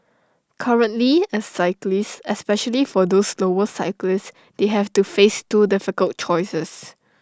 currently as cyclists especially for those slower cyclists they have to face two difficult choices